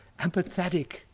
empathetic